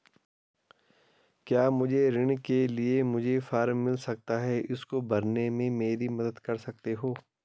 क्या मुझे ऋण के लिए मुझे फार्म मिल सकता है इसको भरने में मेरी मदद कर सकते हो?